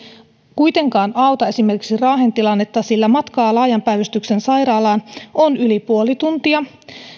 kuitenkaan auta esimerkiksi raahen tilannetta sillä matkaa laajan päivystyksen sairaalaan on yli puoli tuntia